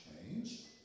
Change